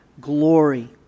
glory